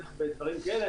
בטח בדברים כאלה.